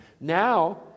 Now